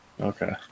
okay